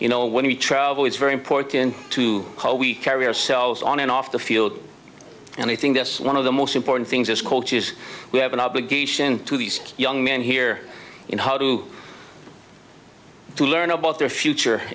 you know when we travel it's very important to how we carry ourselves on and off the field and i think that's one of the most important things as coaches we have an obligation to these young men here in how to to learn about their future